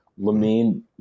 Lamine